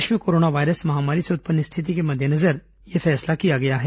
देश में corona virus महामारी से उत्पन्न स्थिति के मद्देनजर यह फैसला किया गया है